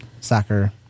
Soccer